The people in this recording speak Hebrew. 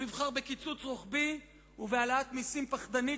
הוא יבחר בקיצוץ רוחבי ובהעלאת מסים פחדנית